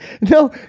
No